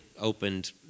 opened